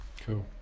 cool